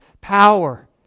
power